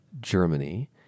Germany